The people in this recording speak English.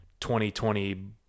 2020